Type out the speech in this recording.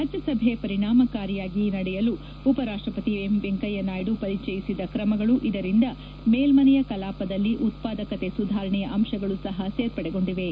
ರಾಜ್ಯಸಭೆ ಪರಿಣಾಮಕಾರಿಯಾಗಿ ನಡೆಯಲು ಉಪ ರಾಷ್ಟಪತಿ ವೆಂಕಯ್ಯನಾಯ್ಡು ಪರಿಚಯಿಸಿದ ಕ್ರಮಗಳು ಇದರಿಂದ ಮೇಲ್ಮನೆಯ ಕಲಾಪದಲ್ಲಿ ಉತ್ಪಾದಕತೆ ಸುಧಾರಣೆಯ ಅಂಶಗಳೂ ಸಹ ಸೇರ್ಪಡೆಗೊಂಡಿವೆ